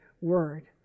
word